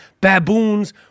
Baboons